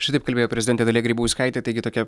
šitaip kalbėjo prezidentė dalia grybauskaitė taigi tokia